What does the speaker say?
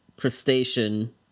crustacean